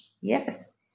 Yes